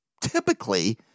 typically